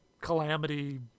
calamity